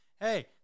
hey